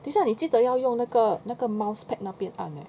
等一下你要记得要用那个那个 mouse pad 那边按 leh